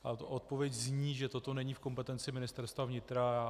A ta odpověď zní, že toto není v kompetenci Ministerstva vnitra.